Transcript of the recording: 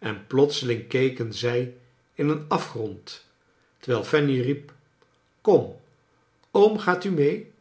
r en plotseling keken zij in een afgrond r terwijl fanny riep kom oom gaat u mee